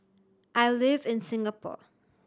I live in Singapore